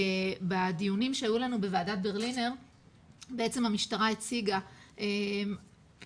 בדיונים שהיו לנו בוועדת ברלינר המשטרה הציגה פריסה